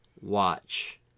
watch